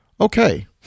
Okay